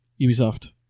Ubisoft